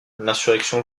l’insurrection